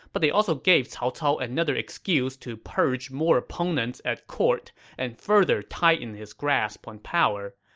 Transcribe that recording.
but they also gave cao cao another excuse to purge more opponents at court and further tighten his grasp on power.